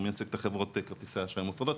הוא מייצג את חברות כרטיסי האשראי המופרדות.